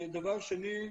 דבר שני,